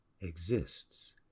exists